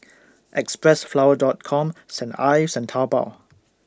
Xpressflower Dot Com Saint Ives and Taobao